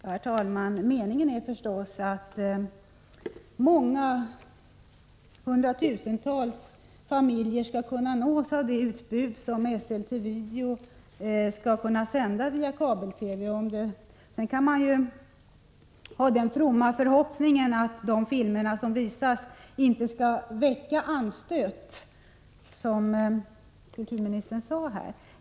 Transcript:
Herr talman! Meningen är förstås att hundratusentals familjer skall kunna nås av det utbud som Esselte Video skall kunna sända via kabel-TV. Sedan kan man ha den fromma förhoppningen att de filmer som kommer att visas inte skall väcka anstöt, som statsrådet sade.